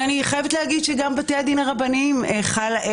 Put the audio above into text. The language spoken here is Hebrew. ואני חייבת להגיד שגם בבתי הדין הרבניים חל,